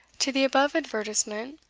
to the above advertisement,